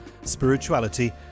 spirituality